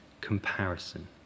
Comparison